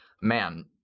Man